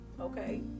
Okay